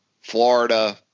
Florida